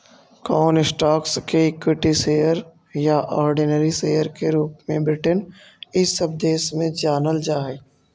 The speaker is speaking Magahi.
कौन स्टॉक्स के इक्विटी शेयर या ऑर्डिनरी शेयर के रूप में ब्रिटेन इ सब देश में जानल जा हई